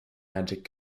magic